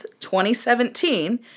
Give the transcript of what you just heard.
2017